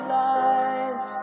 lies